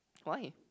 why